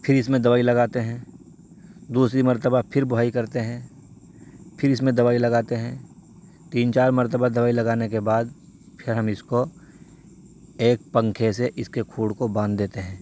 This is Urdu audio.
پھر اس میں دوائی لگاتے ہیں دوسری مرتبہ پھر بوہائی کرتے ہیں پھر اس میں دوائی لگاتے ہیں تین چار مرتبہ دوائی لگانے کے بعد پھر ہم اس کو ایک پنکھے سے اس کے کھوڑ کو باندھ دیتے ہیں